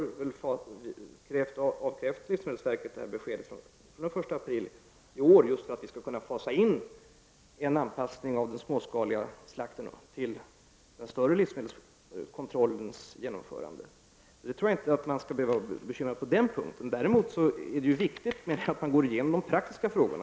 Regeringen har krävt att livsmedelsverket skall lämna besked senast den 1 april i år, just för att en anpassning av den småskaliga slakten till den större livsmedelskontrollens genomförande skall kunna så att säga fasas in. Jag tror därför inte att man skall behöva bekymra sig på den punkten. Däremot är det ju viktigt att man går igenom de praktiska frågorna.